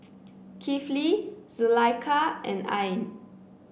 Kifli Zulaikha and Ain